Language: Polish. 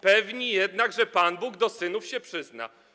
Pewni jednak, że Pan Bóg do synów się przyzna,